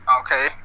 Okay